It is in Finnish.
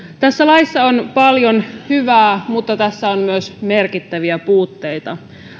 tässä laissa on paljon hyvää mutta tässä on myös merkittäviä puutteita